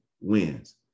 wins